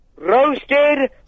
Roasted